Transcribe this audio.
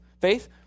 faith